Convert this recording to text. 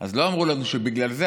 אז לא אמרו לנו שבגלל זה,